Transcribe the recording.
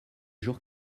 jours